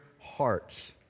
hearts